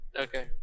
okay